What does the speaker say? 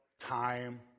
time